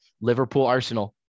Liverpool-Arsenal